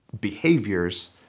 behaviors